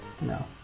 No